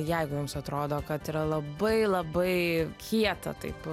jeigu jums atrodo kad yra labai labai kieta taip